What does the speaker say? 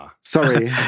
Sorry